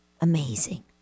amazing